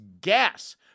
GAS